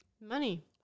money